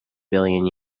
billion